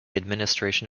administration